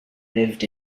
lived